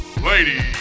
ladies